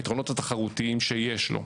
היתרונות התחרותיים שיש לו.